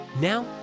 Now